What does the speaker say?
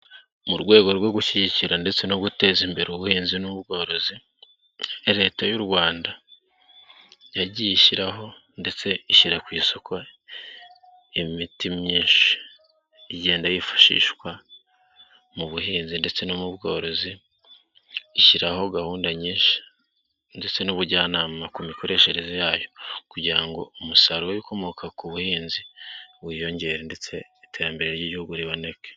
Mu rwego rwo gushyigikira ndetse no guteza imbere ubuhinzi n'ubworozi, leta y'u Rwanda yagiye ishyiraho ndetse ishyira ku isoko imiti myinshi igenda yifashishwa mu buhinzi ndetse no mu bworozi, ishyiraho gahunda nyinshi ndetse n'ubujyanama ku mikoreshereze yayo kugira ngo umusaruro w'iibikomoka ku buhinzi wiyongere ndetse iterambere ry'igihugu riboneke.